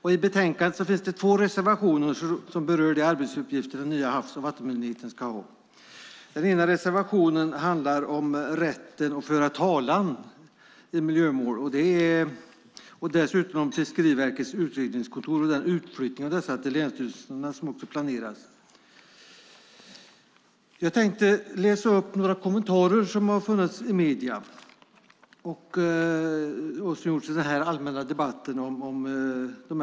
I betänkandet finns två reservationer som berör de arbetsuppgifter den nya havs och vattenmyndigheten ska ha. Den ena reservationen handlar om rätten att föra talan i miljömål. Dessutom är det fråga om den planerade utflyttningen av Fiskeriverkets utredningskontor till länsstyrelserna. Jag tänkte nämna några kommentarer från medierna i den allmänna debatten om förslagen.